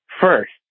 First